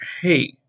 hey